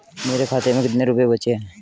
मेरे खाते में कितने रुपये बचे हैं?